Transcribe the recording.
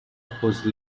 whose